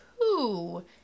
two